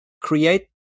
create